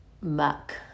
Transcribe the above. muck